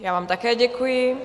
Já vám také děkuji.